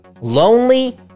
Lonely